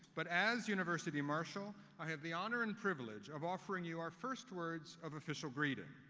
but as university marshal, i have the honor and privilege of offering you our first words of official greeting.